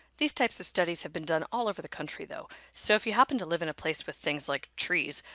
these types of studies have been done all over the country though, so if you happen to live in a place with things like trees,